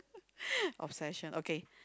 obsession okay